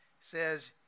says